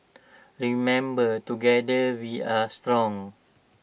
remember together we are strong